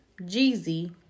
Jeezy